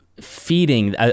feeding